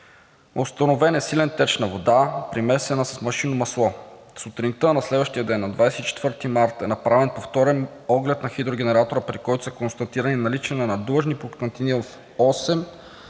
Установен е силен теч на вода, примесена с машинно масло. Сутринта на следващия ден – 24 март, е направен повторен оглед на хидрогенератора, при който е констатирано наличие на надлъжни пукнатини в